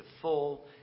full